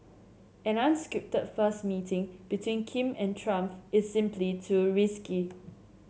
an unscripted first meeting between Kim and Trump is simply too risky